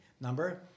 number